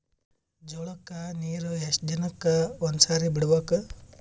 ಜೋಳ ಕ್ಕನೀರು ಎಷ್ಟ್ ದಿನಕ್ಕ ಒಂದ್ಸರಿ ಬಿಡಬೇಕು?